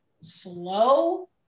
slow